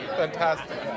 fantastic